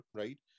right